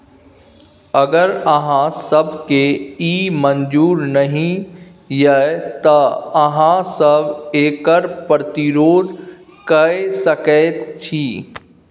अगर अहाँ सभकेँ ई मजूर नहि यै तँ अहाँ सभ एकर प्रतिरोध कए सकैत छी